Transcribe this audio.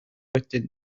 wedyn